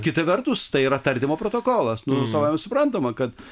kita vertus tai yra tardymo protokolas nu savaime suprantama kad